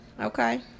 Okay